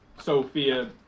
Sophia